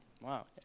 Wow